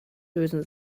lösen